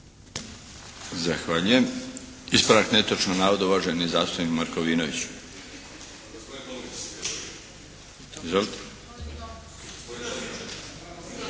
Zahvaljujem. Ispravak netočnog navoda uvaženi zastupnik Markovinović.